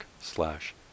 slash